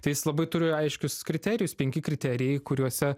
tai jis labai turi aiškius kriterijus penki kriterijai kuriuose